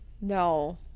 No